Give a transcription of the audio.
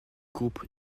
groupe